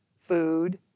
food